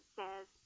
says